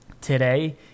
today